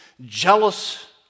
jealous